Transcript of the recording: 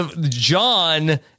John